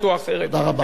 תודה רבה.